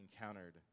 encountered